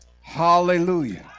Hallelujah